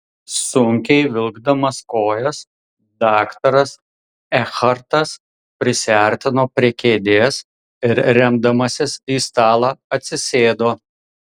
sunkiai vilkdamas kojas daktaras ekhartas prisiartino prie kėdės ir remdamasis į stalą atsisėdo